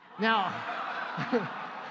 Now